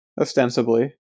Ostensibly